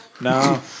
No